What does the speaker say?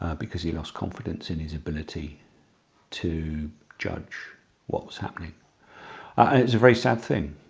ah because he lost confidence in his ability to judge what was happening. it's a very sad thing,